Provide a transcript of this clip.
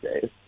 days